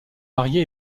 marié